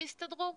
שיסתדרו.